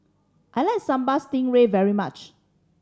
I like Sambal Stingray very much